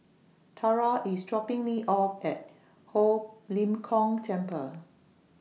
Tara IS dropping Me off At Ho Lim Kong Temple